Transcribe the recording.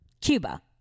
Cuba